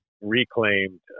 reclaimed